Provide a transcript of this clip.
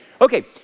Okay